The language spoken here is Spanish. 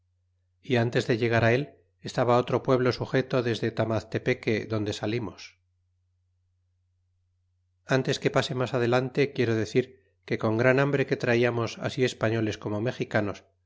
y ntes de llegar él estaba otro pueblo sujeto deste tamaztepeque donde salimos antes que pase mas adelante quiero decir que con gran hambre que halamos así españoles como mexicanos